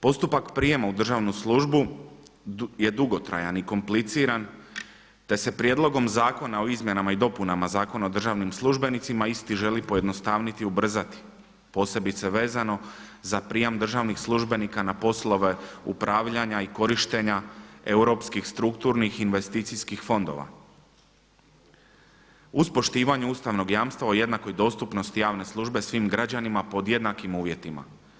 Postupak prijema u državnu službu je dugotrajan i kompliciran te se Prijedlogom zakona o izmjenama i dopunama Zakona o državnim službenicima isti želi pojednostaviti i ubrzati posebice vezano za prijam državnih službenika na poslove upravljanja i korištenja europskih strukturnih investicijskih fondova uz poštivanje ustavnog jamstva o jednakoj dostupnosti javne službe svim građanima pod jednakim uvjetima.